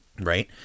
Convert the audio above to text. Right